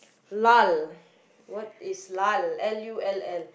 lull what is lull L U L L